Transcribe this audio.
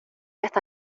hasta